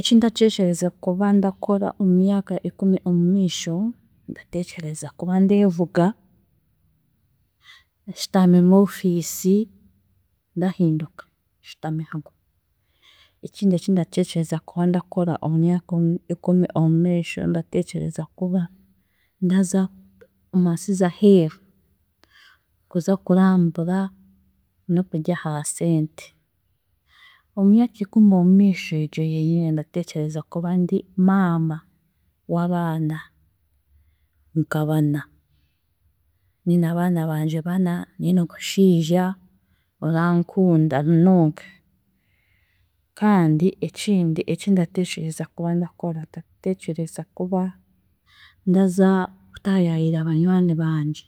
Eki ndateekyereza kuba ndakora omu myaka ikumi omumiisho, ndateekyereza kuba ndeevuga, shitami mu office ndahinduka nshitami hamwe. Ekindi ekindateekyereza kuba ndakora omu myaka ikumi omumiisho ndateekyereza kuba ndaza omu nsi z'aheeru kuza kurambura n'okurya aha sente. Omu myaka ikumi omumiisho egyo yenyine ndateekyereza kuba ndi maama w'abaana nka bana, nyine abaana bangye bana, nyine omushiija orankunda munonga kandi ekindi eki ndatekyereza kuba ndakora ndateekyereza kuba ndaza kutaayaira banywani bangye